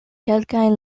kelkajn